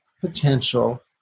potential